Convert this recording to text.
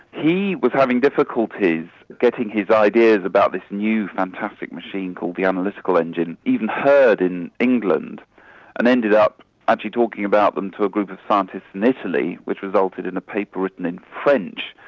he was having difficulties getting his ideas about this new fantastic machine called the analytical engine even heard in england and ended up actually talking about them to a group of scientists in italy, which resulted in a paper written in french,